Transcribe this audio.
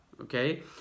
okay